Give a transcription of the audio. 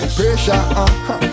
Pressure